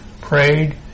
prayed